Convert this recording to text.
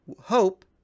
hope